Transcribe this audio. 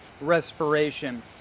respiration